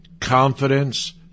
confidence